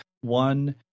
One